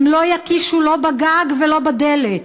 הם לא יקישו לא בגג ולא בדלת.